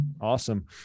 Awesome